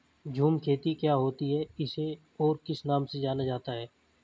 झूम खेती क्या होती है इसे और किस नाम से जाना जाता है?